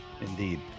indeed